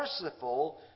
merciful